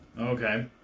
Okay